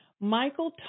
Michael